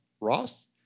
Ross